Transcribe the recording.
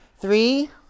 Three